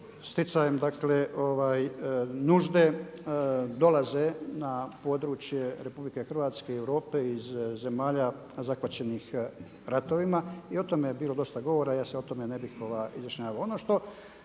sticajem dakle nužde dolaze na područje Republike Hrvatske i Europe iz zemalja zahvaćenih ratovima. I o tome je bilo dosta govora. Ja se o tome ne bih izjašnjavao.